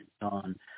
on